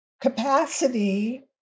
capacity